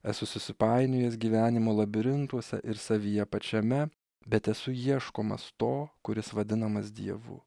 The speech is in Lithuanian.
esu susipainiojęs gyvenimo labirintuose ir savyje pačiame bet esu ieškomas to kuris vadinamas dievu